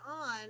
on